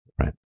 right